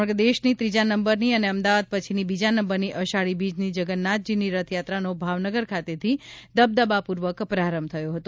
સમગ્ર દેશની ત્રીજા નંબરની અને અમદાવાદ પછીની બીજા નંબરની અષાઢી બીજની જગન્નાથજીની રથયાત્રાનો ભાવનગર ખાતેથી દબદબાપૂર્વક પ્રારંભ થયો હતો